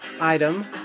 item